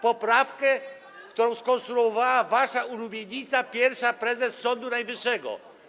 poprawkę, którą skonstruowała wasza ulubienica - pierwsza prezes Sądu Najwyższego.